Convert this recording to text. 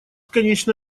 конечно